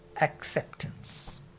acceptance